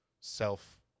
self